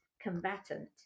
combatant